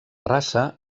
raça